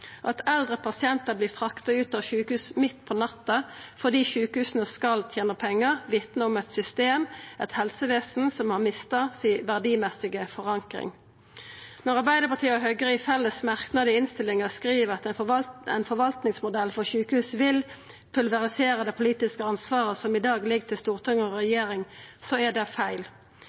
At eldre pasientar vert frakta ut av sjukhus midt på natta fordi sjukehusa skal tena pengar, vitnar om eit system og eit helsevesen som har mista si verdimessige forankring. Når m.a. Arbeidarpartiet og Høgre i ein felles merknad i innstillinga skriv at ein forvaltningsmodell for sjukehus «vil pulverisere det politiske ansvaret» som i dag ligg til storting og regjering, er det feil.